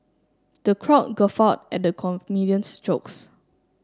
the crowd guffawed at the comedian's jokes